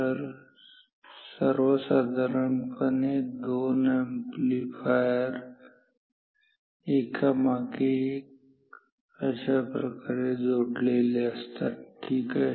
तर साधारणपणे दोन अॅम्प्लीफायर अशाप्रकारे एकामागे एक जोडलेले असतात ठीक आहे